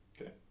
Okay